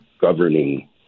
governing